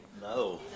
No